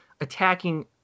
attacking